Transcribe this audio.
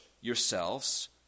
yourselves